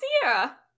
Sierra